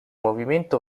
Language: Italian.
movimento